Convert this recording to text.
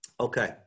Okay